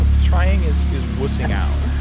ah trying is is wussing out.